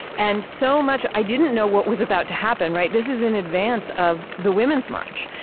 and so much, i didn't know what was about to happen, right? this is in advance of the women's march.